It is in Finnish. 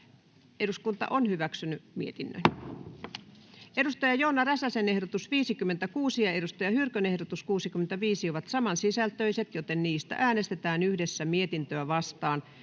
voittaneesta mietintöä vastaan. Joona Räsäsen ehdotus 56 ja Saara Hyrkön ehdotus 65 ovat samansisältöiset, joten niistä äänestetään yhdessä mietintöä vastaan.